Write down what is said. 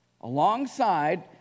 alongside